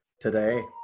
today